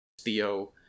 Theo